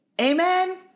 Amen